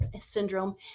syndrome